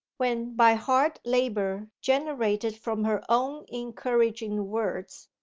when by hard labour generated from her own encouraging words,